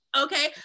okay